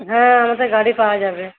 হ্যাঁ আমাদের গাড়ি পাওয়া যাবে